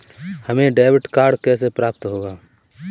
हमें debit card कैसे प्राप्त होगा?